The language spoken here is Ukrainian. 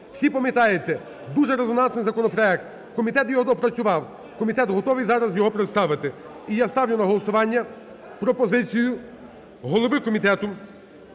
Всі пам'ятаєте, дуже резонансний законопроект, комітет його доопрацював, комітет готовий зараз його представити. І я ставлю на голосування пропозицію голови Комітету